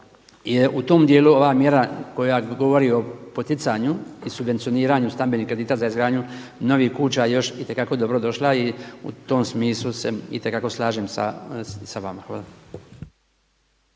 je u tom dijelu ova mjera koja govori o poticanju i subvencioniranju stambenih kredita za izgradnju novih kuća još itekako dobro došla. I u tom smislu se itekako slažem sa vama. Hvala.